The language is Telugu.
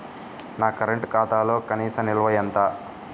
నా కరెంట్ ఖాతాలో కనీస నిల్వ ఎంత?